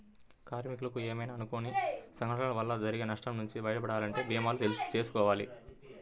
కార్మికులకు ఏమైనా అనుకోని సంఘటనల వల్ల జరిగే నష్టం నుంచి బయటపడాలంటే భీమాలు చేసుకోవాలి